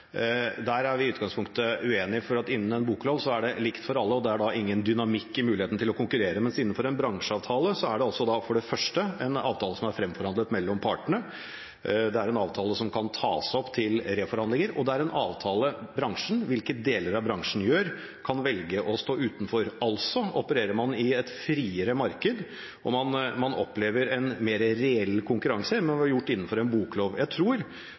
Der er vi i utgangspunktet uenige. En boklov er lik for alle – det er ingen dynamikk når det gjelder muligheten til å konkurrere – mens en bransjeavtale er en avtale som er fremforhandlet mellom partene. Det er en avtale som kan tas opp til reforhandlinger, og det er en avtale bransjen – hvilket deler av bransjen gjør – kan velge å stå utenfor. Man opererer altså i et friere marked, og man opplever en mer reell konkurranse enn man ville gjort med en boklov. Jeg tror